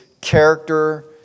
character